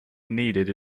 needed